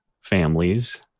families